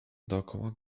dookoła